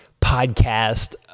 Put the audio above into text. podcast